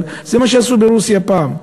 אבל זה מה שעשו ברוסיה פעם.